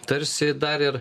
tarsi dar ir